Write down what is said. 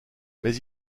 mais